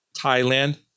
Thailand